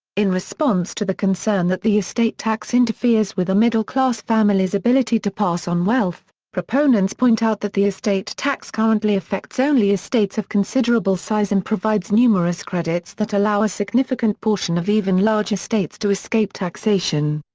in response to the concern that the estate tax interferes with a middle-class families' ability to pass on wealth, proponents point out that the estate tax currently affects only estates of considerable size and provides numerous credits that allow a significant portion of even large estates to escape taxation.